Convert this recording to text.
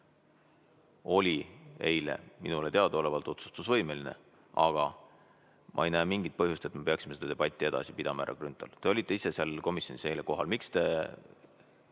oli eile minule teadaolevalt otsustusvõimeline. Ma ei näe mingit põhjust, et me peaksime seda debatti edasi pidama. Härra Grünthal, te olite ise seal komisjonis kohal, miks te